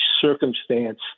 circumstance